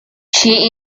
she